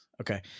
Okay